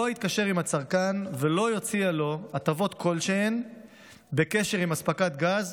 לא יתקשר עם הצרכן ולא יציע לו הטבות כלשהן בקשר לאספקת גז